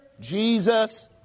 Jesus